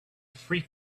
three